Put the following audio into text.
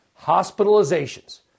hospitalizations